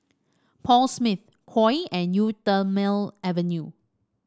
Paul Smith Koi and Eau Thermale Avene